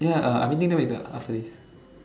ya uh I meeting them at the Pasir-Ris